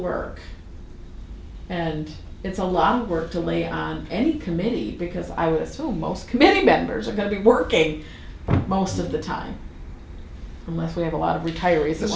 work and it's a lot of work to lay on any committee because i would assume most committee members are going to be working most of the time unless we have a lot of retirees th